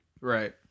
right